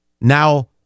now